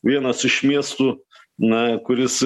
vienas iš miestų na kuris